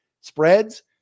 spreads